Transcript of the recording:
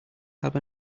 have